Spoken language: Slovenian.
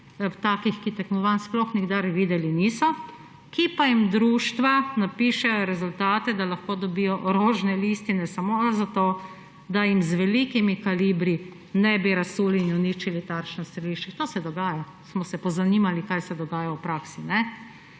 takih, ki tekmovanj sploh nikdar videli niso, ki pa jim društva napišejo rezultate, da lahko dobijo orožne listine samo zato, da jim z velikimi kalibri ne bi razsuli in uničili tarčnega strelišča. To se dogaja. Smo se pozanimali, kaj se dogaja v praksi.